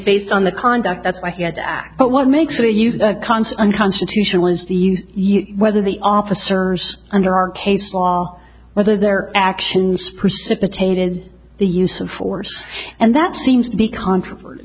based on the conduct that's why he had to act but what make sure you don't consarn constitutionalist these whether the officers under our case law whether their actions precipitated the use of force and that seems to be controversy